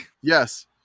Yes